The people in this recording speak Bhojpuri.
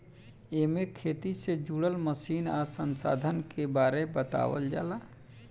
एमे खेती से जुड़ल मशीन आ संसाधन के बारे बतावल जाला